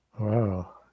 Wow